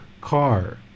car